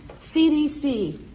CDC